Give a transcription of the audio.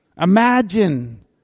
Imagine